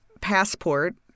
Passport